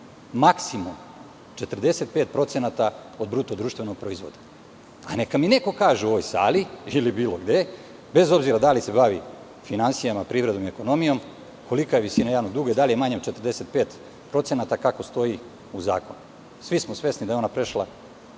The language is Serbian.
maksimum 45% od bruto društvenog proizvoda. Neka mi neko kaže u ovoj sali ili bilo gde, bez obzira da li se bavi finansijama, privredom ili ekonomijom, kolika je visina javnog duga, da li je manja od 45%, kako stoji u zakonu? Svi smo svesni da je ona prešla